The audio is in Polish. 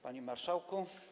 Panie Marszałku!